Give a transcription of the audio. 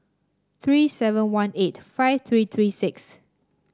three seven one eight five three three six